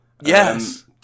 Yes